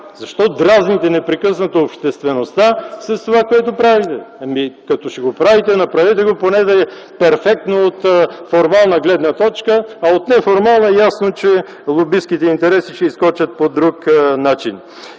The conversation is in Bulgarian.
Защо дразните непрекъснато обществеността с това, което правите? Като ще го правите, направете го поне да е перфектно от формална гледна точка. А от неформална гледна точка е ясно, че лобистките интереси ще изскочат по друг начин.